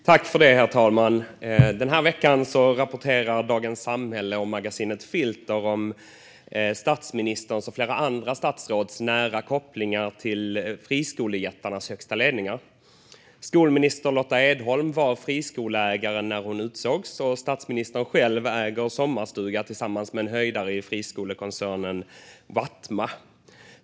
Herr talman! Den här veckan rapporterar Dagens Samhälle och Magasinet Filter om statsministerns och flera andra statsråds nära kopplingar till friskolejättarnas högsta ledningar. Skolminister Lotta Edholm var friskoleägare när hon utsågs, och statsministern själv äger en sommarstuga tillsammans med en höjdare i friskolekoncernen Watma.